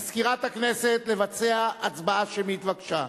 מזכירת הכנסת, לבצע הצבעה שמית, בבקשה.